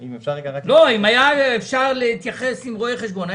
אם היה אפשר להתייחס עם רואה חשבון,